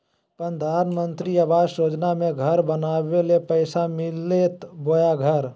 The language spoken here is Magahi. प्रधानमंत्री आवास योजना में घर बनावे ले पैसा मिलते बोया घर?